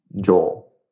Joel